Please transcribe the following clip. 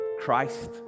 Christ